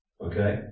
Okay